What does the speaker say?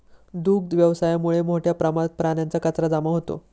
दुग्ध व्यवसायामुळे मोठ्या प्रमाणात प्राण्यांचा कचरा जमा होतो